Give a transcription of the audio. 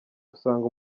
usanga